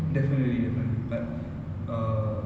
definitely definitely but uh